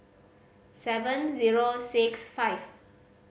seven zero six five